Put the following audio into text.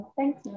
thanks